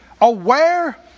Aware